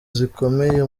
zikomeye